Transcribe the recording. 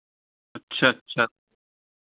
अच्छा अच्छा